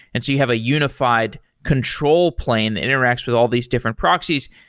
and so you have a unified control plane that interacts with all these different proxies.